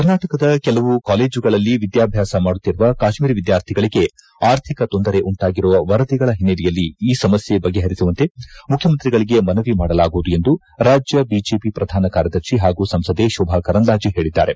ಕರ್ನಾಟಕದ ಕೆಲವು ಕಾಲೇಜುಗಳಲ್ಲಿ ವಿದ್ಯಾಭ್ಯಾಸ ಮಾಡುತ್ತಿರುವ ಕಾಶ್ವೀರಿ ವಿದ್ಯಾರ್ಥಿಗಳಿಗೆ ಆರ್ಥಿಕ ತೊಂದರೆ ಉಂಟಾಗಿರುವ ವರದಿಗಳ ಹಿನ್ನೆಲೆಯಲ್ಲಿ ಈ ಸಮಸ್ಥೆ ಬಗೆಪರಿಸುವಂತೆ ಮುಖ್ಯಮಂತ್ರಿಗಳಿಗೆ ಮನವಿ ಮಾಡಲಾಗುವುದು ಎಂದು ರಾಜ್ಯ ಬಿಜೆಪಿ ಪ್ರಧಾನ ಕಾರ್ಯದರ್ತಿ ಹಾಗೂ ಸಂಸದೆ ಶೋಭಾ ಕರಂದ್ವಾಜೆ ಹೇಳದ್ದಾರೆ